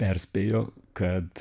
perspėjo kad